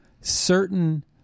certain